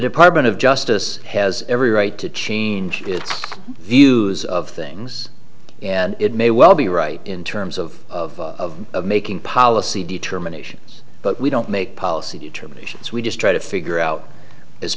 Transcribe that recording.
department of justice has every right to change its views of things and it may well be right in terms of making policy determinations but we don't make policy determinations we just try to figure out as